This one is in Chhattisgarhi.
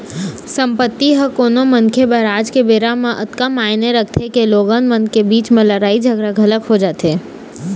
संपत्ति ह कोनो मनखे बर आज के बेरा म अतका मायने रखथे के लोगन मन के बीच म लड़ाई झगड़ा घलोक हो जाथे